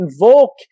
invoke